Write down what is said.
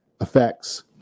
effects